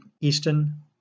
Easton